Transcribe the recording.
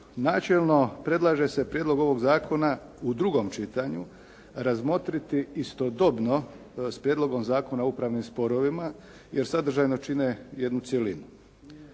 načelno predlaže se prijedlog ovog zakona u drugom čitanju razmotriti istodobno s Prijedlogom zakona o upravnim sporovima jer sadržajno čine jednu cjelinu.